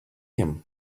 him